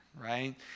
right